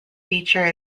feature